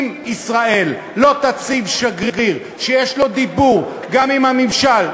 אם ישראל לא תציב שגריר שיש לו דיבור גם עם הממשל,